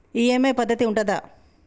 EMI పద్ధతి ఉంటదా?